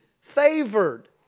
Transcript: favored